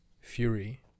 Fury